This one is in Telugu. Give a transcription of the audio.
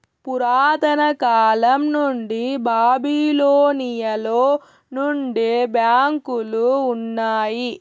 పురాతన కాలం నుండి బాబిలోనియలో నుండే బ్యాంకులు ఉన్నాయి